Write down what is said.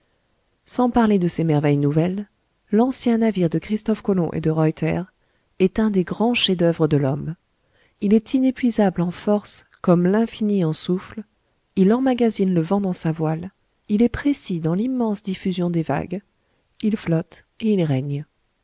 sans parler de ces merveilles nouvelles l'ancien navire de christophe colomb et de ruyter est un des grands chefs-d'oeuvre de l'homme il est inépuisable en force comme l'infini en souffles il emmagasine le vent dans sa voile il est précis dans l'immense diffusion des vagues il flotte et il règne